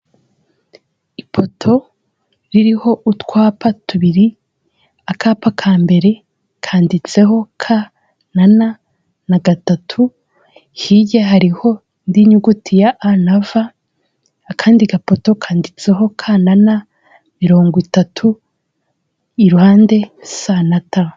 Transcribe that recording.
Ipoto ririho utwapa tubiri, akapa ka mbere kanditseho K na N gatatu, hirya hariho indi nyuguti ya A na V akandi gapoto, kanditseho K na N mirongo itatu iruhande S na T.